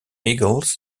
eagles